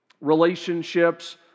relationships